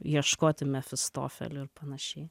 ieškoti mefistofelio ir panašiai